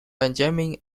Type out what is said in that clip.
benjamin